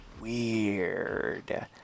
weird